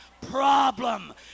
problem